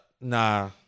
nah